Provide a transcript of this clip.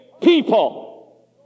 people